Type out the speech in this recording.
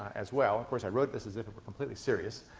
as well. of course, i wrote this as if it were completely serious,